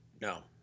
No